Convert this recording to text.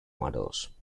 models